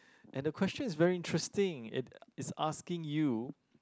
and the question is very interesting it it's asking you